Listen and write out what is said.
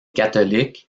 catholique